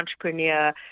entrepreneur